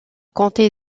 comté